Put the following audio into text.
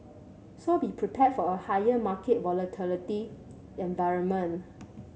so be prepared for a higher market volatility environment